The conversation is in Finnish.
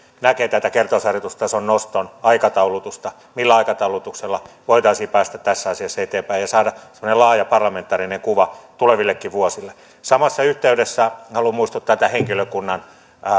näkee tämän kertausharjoitustason noston aikataulutuksen millä aikataulutuksella voitaisiin päästä tässä asiassa eteenpäin ja saada semmoinen laaja parlamentaarinen kuva tulevillekin vuosille samassa yhteydessä haluan muistuttaa tämän henkilökunnan